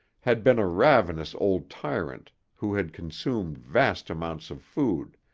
had been a ravenous old tyrant who had consumed vast amounts of food,